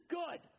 good